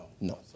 No